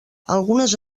algunes